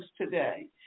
today